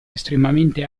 estremamente